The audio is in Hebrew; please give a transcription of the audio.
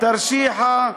תרשיחא,